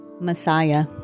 Messiah